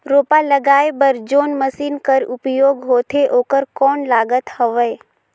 रोपा लगाय बर जोन मशीन कर उपयोग होथे ओकर कौन लागत हवय?